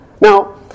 now